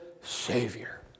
Savior